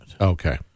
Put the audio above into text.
Okay